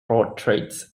portraits